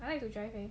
I like to drive eh